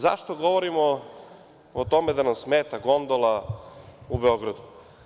Zašto govorimo o tome da nam smeta gondola u Beogradu?